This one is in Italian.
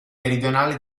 meridionale